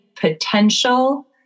potential